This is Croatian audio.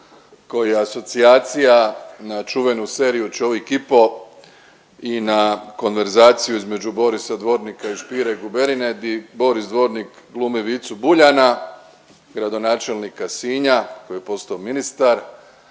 koji je asocijacija na čuvenu seriju Čovik i po i na konverzaciju između Borisa Dvornika i Špire Guberine di Boris Dvornik glumi Vicu Buljana, gradonačelnika Sinja koji je postao ministar,